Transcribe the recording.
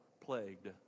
plagued